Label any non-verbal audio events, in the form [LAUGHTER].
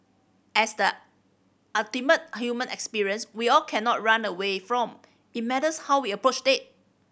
as the [UNINTELLIGIBLE] human experience we all cannot run away from it matters how we approach death